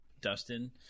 Dustin